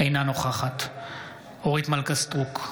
אינה נוכחת אורית מלכה סטרוק,